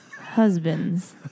husband's